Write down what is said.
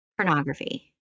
pornography